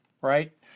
right